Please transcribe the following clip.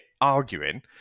arguing